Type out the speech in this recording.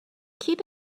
keep